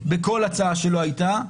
בכל הצעה שלא הייתה,